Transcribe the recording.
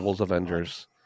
Avengers